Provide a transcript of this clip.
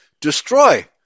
destroy